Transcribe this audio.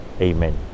Amen